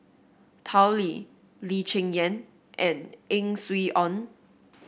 Tao Li Lee Cheng Yan and Ang Swee Aun